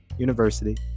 university